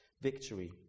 victory